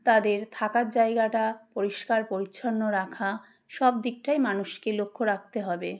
তাদের থাকার জায়গাটা পরিষ্কার পরিচ্ছন্ন রাখা সব দিকটাই মানুষকে লক্ষ্য রাখতে হবে